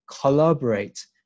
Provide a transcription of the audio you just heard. collaborate